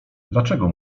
dlaczego